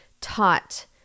taught